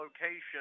location